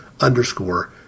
underscore